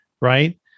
right